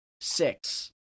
six